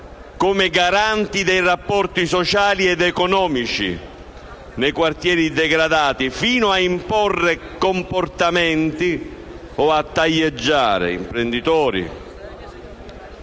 come garanti dei rapporti sociali ed economici nei quartieri degradati, fino a imporre comportamenti o a taglieggiare imprenditori.